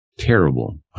Terrible